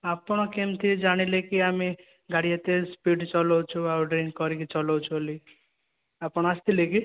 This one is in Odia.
ଆପଣ କେମିତି ଜାଣିଲେକି ଆମେ ଗାଡ଼ି ଏତେ ସ୍ପିଡ଼ ଚଲଉଛୁ ଆଉ ଡ୍ରିଙ୍କ କରିକି ଚଲଉଛୁ ବୋଲି ଆପଣ ଆସିଥିଲେ କି